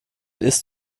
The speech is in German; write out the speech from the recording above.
ist